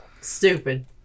Stupid